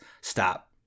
stop